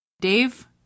Dave